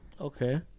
Okay